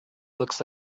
looks